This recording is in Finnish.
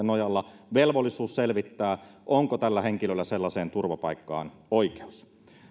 nojalla velvollisuus selvittää onko tällä henkilöllä sellaiseen turvapaikkaan oikeus